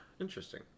interesting